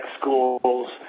schools